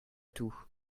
tout